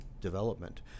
development